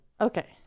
Okay